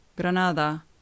Granada